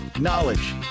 knowledge